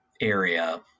area